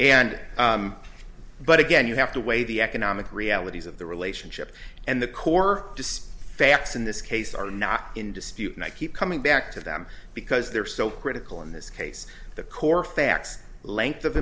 and but again you have to weigh the economic realities of the relationship and the core despite facts in this case are not in dispute and i keep coming back to them because they're so critical in this case the core facts length of